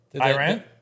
Iran